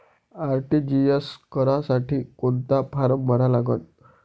RTGS करासाठी कोंता form भरा लागन?